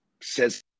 says